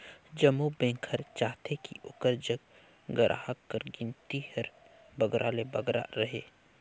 जम्मो बेंक हर चाहथे कि ओकर जग गराहक कर गिनती हर बगरा ले बगरा रहें